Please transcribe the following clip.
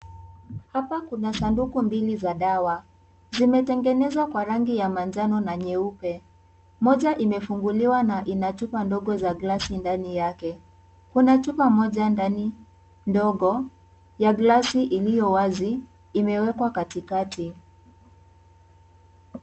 Hapa kuna sanduku mbili za dawa zimetengenezwa Kwa rangi ya manjano na nyeupe , moja imefunguliwa na ina chupa ndogo za glasi ndani yake. Kuna chupa moja ndani ndogo ya glasi iliyo wazi , imewekwa katikati.